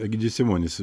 egidijus simonis